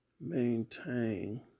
maintain